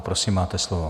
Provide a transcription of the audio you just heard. Prosím, máte slovo.